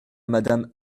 madame